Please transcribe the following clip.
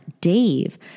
Dave